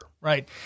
right